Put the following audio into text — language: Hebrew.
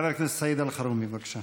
חבר הכנסת סעיד אלחרומי, בבקשה.